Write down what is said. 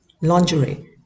lingerie